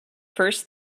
first